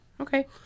Okay